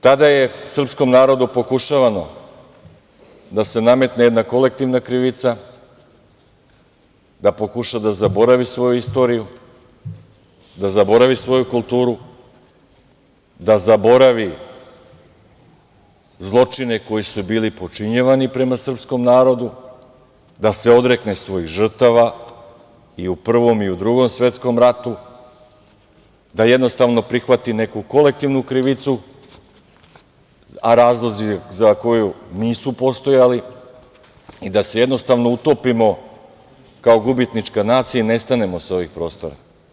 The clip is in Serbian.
Tada je srpskom narodu pokušavano da se nametne jedna kolektivna krivica, da pokuša da zaboravi svoju istoriju, da zaboravi svoju kulturu, da zaboravi zločine koji su bili činjeni prema srpskom narodu, da se odrekne svojih žrtava i u Prvom i u Drugom svetskom ratu, da jednostavno prihvati neku kolektivnu krivicu, a razlozi za koju nisu postajali i da se jednostavno utopimo kao gubitnička nacija i ne stajemo sa ovih prostora.